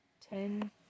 ten